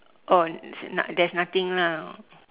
oh there's nothing lah